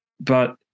But-